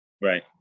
Right